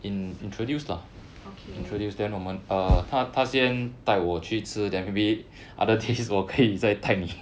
okay